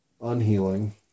unhealing